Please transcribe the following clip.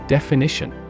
Definition